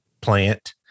plant